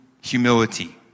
humility